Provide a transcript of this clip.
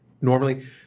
normally